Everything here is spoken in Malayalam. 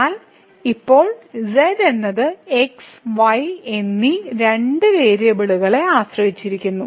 എന്നാൽ ഇപ്പോൾ ഇവിടെ z എന്നത് x y എന്നീ രണ്ട് വേരിയബിളുകളെ ആശ്രയിച്ചിരിക്കുന്നു